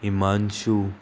इमानशू